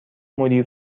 مدیر